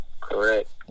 Correct